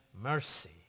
mercy